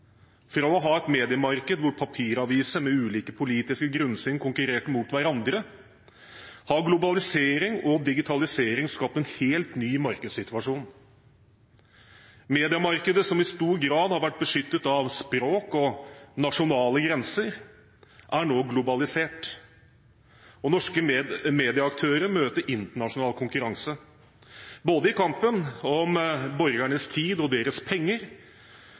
Fra å ha et mediemarked hvor papiraviser med ulike politiske grunnsyn konkurrerte mot hverandre, har globalisering og digitalisering skapt en helt ny markedssituasjon. Mediemarkedet, som i stor grad har vært beskyttet av språk og nasjonale grenser, er nå globalisert, og norske medieaktører møter internasjonal konkurranse i kampen om borgernes tid og penger.